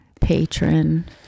Patron